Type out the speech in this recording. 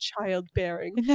childbearing